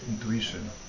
intuition